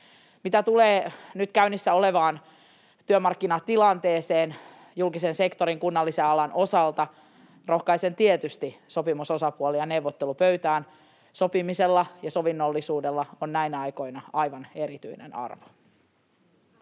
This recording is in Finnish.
Mitä tulee nyt käynnissä olevaan työmarkkinatilanteeseen julkisen sektorin kunnallisen alan osalta, rohkaisen tietysti sopimusosapuolia neuvottelupöytään. Sopimisella ja sovinnollisuudella on näinä aikoina aivan erityinen arvo.